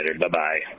Bye-bye